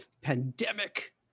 pandemic